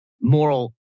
moral